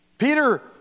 Peter